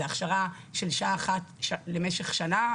זה הכשרה של שעה אחת למשך שנה?